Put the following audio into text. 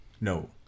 no